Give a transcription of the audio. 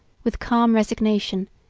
with calm resignation,